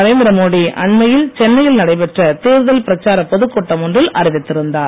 நரேந்திர மோடி அண்மையில் சென்னையில் நடைபெற்ற தேர்தல் பிரச்சார பொதுக்கூட்டம் ஒன்றில் அறிவித்திருந்தார்